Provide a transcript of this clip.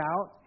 out